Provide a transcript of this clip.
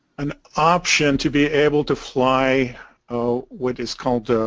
an option to be able to fly oh what is called